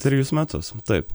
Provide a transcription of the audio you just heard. trejus metus taip